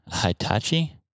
hitachi